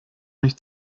mich